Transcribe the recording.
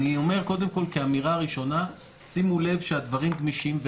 אני אומר קודם כול כאמירה ראשונה: שימו לב שהדברים גמישים.